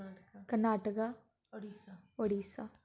Karnataka Orissa